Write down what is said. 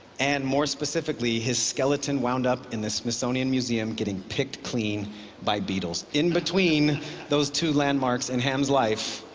and more specifically his skeleton wound up in the smithsonian museum getting picked clean by beetles. in between those two landmarks in ham's life,